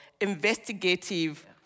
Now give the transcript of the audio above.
investigative